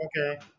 Okay